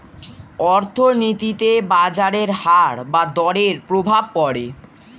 অর্থনীতিতে বাজারের হার বা দরের প্রভাব পড়ে